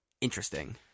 interesting